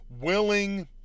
willing